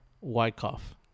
Wyckoff